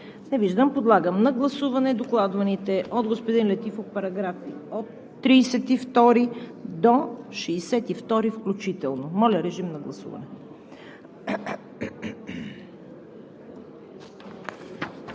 Не виждам. Подлагам на гласуване докладваните от господин Летифов параграфи от 32 до 62 включително. Гласували